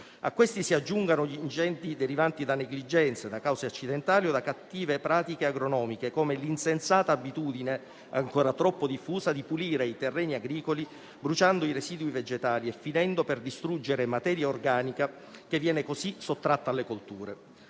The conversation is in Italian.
A questi si aggiungono gli incidenti derivanti da negligenza, da cause accidentali o da cattive pratiche agronomiche come l'insensata abitudine, ancora troppo diffusa, di pulire i terreni agricoli bruciando i residui vegetali e finendo per distruggere materia organica che viene così sottratta alle colture.